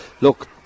look